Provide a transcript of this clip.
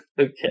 Okay